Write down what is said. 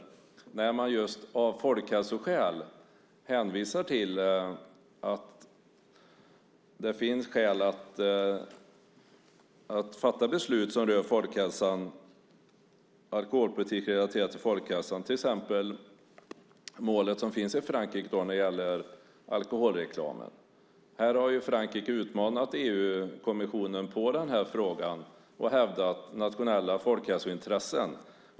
Det kan till exempel gälla att man av folkhälsoskäl hänvisar till att fatta beslut om en folkhälsorelaterad alkoholpolitik, till exempel målet i Frankrike om alkoholreklam. Här har Frankrike utmanat EU-kommissionen i frågan och hävdat nationella folkhälsointressen.